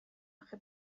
آخه